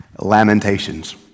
Lamentations